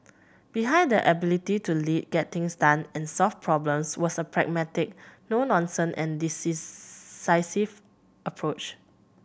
behind their ability to lead get things done and solve problems was a pragmatic no nonsense and approach